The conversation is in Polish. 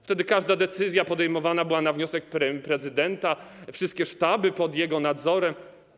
Wtedy każda decyzja podejmowana była na wniosek prezydenta, wszystkie sztaby były pod jego nadzorem.